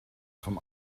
vom